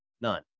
none